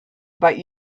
but